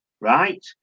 right